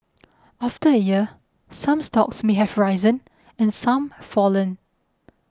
after a year some stocks may have risen and some fallen